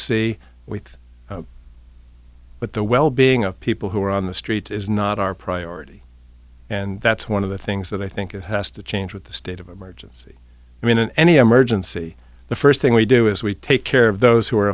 but the well being of people who are on the street is not our priority and that's one of the things that i think it has to change with the state of emergency i mean any emergency the first thing we do is we take care of those who are